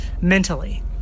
mentally